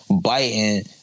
Biting